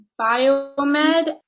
biomed